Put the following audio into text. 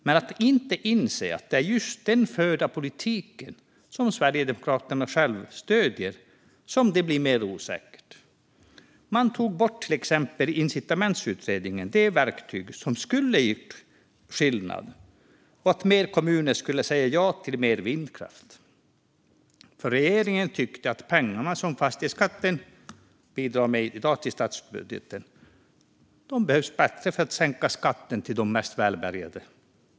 Men man inser inte att det är just den förda politiken, som SD själva stöder, som gör att det blir mer osäkert. I och med incitamentsutredningen tog man till exempel bort det verktyg som skulle ha gjort skillnad på så sätt att fler kommuner skulle säga ja till mer vindkraft. Regeringen tyckte nämligen att de pengar som fastighetsskatten skulle ha bidragit med i statsbudgeten behövdes bättre till att sänka skatten till de mest välbärgade.